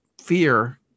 fear